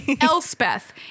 Elspeth